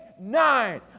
nine